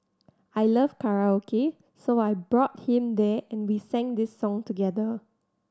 I love karaoke so I brought him there and we sang this song together